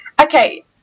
Okay